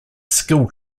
skill